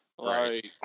right